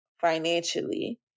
financially